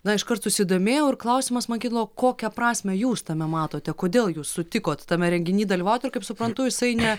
na iškart susidomėjau ir klausimas man kilo kokią prasmę jūs tame matote kodėl jūs sutikot tame renginy dalyvauti ir kaip suprantu jisai ne